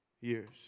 years